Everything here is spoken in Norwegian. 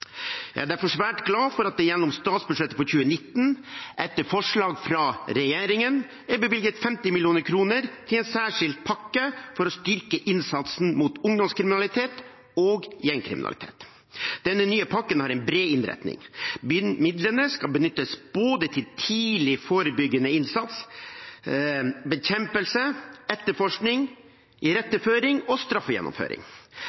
Jeg er derfor svært glad for at det gjennom statsbudsjettet for 2019, etter forslag fra regjeringen, er bevilget 50 mill. kr til en særskilt pakke for å styrke innsatsen mot ungdomskriminalitet og gjengkriminalitet. Denne nye pakken har en bred innretning. Midlene skal benyttes til både tidlig forebyggende innsats, bekjempelse, etterforskning,